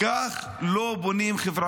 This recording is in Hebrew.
כך לא בונים חברה